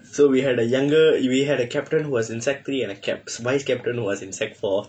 so we had a younger we had a captain who was in sec three and a caps vice captain who was in sec four